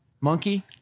monkey